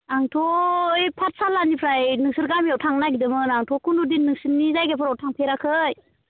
आंथ' ओइ पाठसालानिफ्राय नोंसोर गामियाव थांनो नागिदोंमोन आंथ' खुनु दिन नोंसिनि जागाफ्राव थाफेराखै